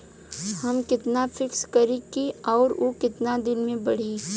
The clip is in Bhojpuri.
हम कितना फिक्स करी और ऊ कितना दिन में बड़ी?